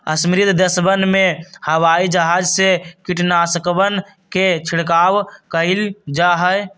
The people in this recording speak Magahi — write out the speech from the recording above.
समृद्ध देशवन में हवाई जहाज से कीटनाशकवन के छिड़काव कइल जाहई